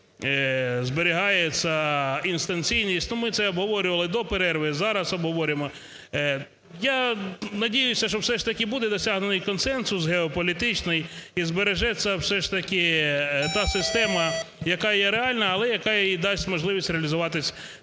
зберігається інстанційність, то ми це обговорювали до перерви і зараз обговорюємо. Я надіюся, що все ж таки буде досягнений консенсус геополітичний і збережеться все ж таки та система, яка є реальна, але яка і дасть можливість реалізуватись